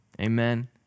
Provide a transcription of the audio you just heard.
amen